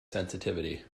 sensitivity